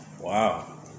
Wow